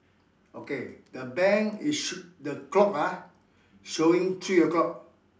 okay the bank is sh~ the clock ah showing three o-clock